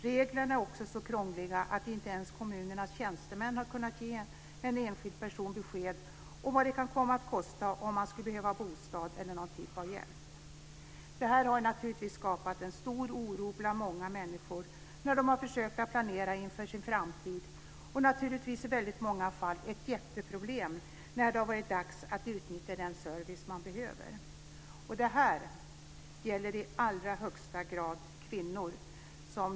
Reglerna är också så krångliga att inte ens kommunernas tjänstemän har kunnat ge en enskild person besked om vad det kan komma att kosta att få en bostad eller att få någon typ av hjälp. Detta har naturligtvis skapat en stor oro bland många människor när de har försökt att planera inför sin framtid. Det har naturligtvis i väldigt många fall varit ett jätteproblem när det har blivit dags att utnyttja den service som man behöver. Detta gäller i allra högsta grad för kvinnor.